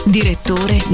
Direttore